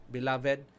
Beloved